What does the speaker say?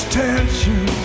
tension